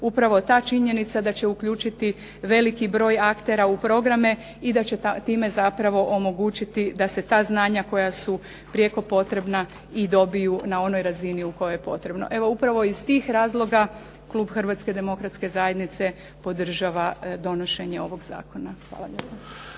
upravo ta činjenica da će uključiti veliki broj aktera u programe i da će time zapravo omogućiti da se ta znanja koja su prijeko potrebna i dobiju na onoj razini u kojoj je potrebno. Evo upravo iz tih razloga Klub Hrvatske Demokratske Zajednice podržava donošenje ovoga zakona. Hvala lijepo.